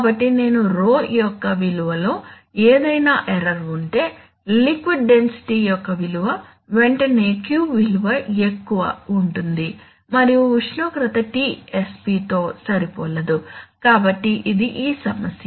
కాబట్టి నేను రో యొక్క విలువలో ఏదైనా ఎర్రర్ ఉంటే లిక్విడ్ డెన్సిటీ యొక్క విలువ వెంటనే Q విలువ ఎక్కువ ఉంటుంది మరియు ఉష్ణోగ్రత Tsp తో సరిపోలదు కాబట్టి ఇది మా సమస్య